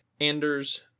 Anders